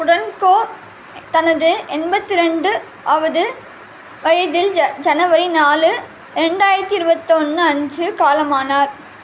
Budenko தனது எண்பத்தி ரெண்டு ஆவது வயதில் ஜ ஜனவரி நாலு ரெண்டாயிரத்தி இருபத்தொன்னு அன்று காலமானார்